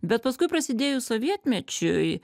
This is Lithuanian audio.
bet paskui prasidėjus sovietmečiui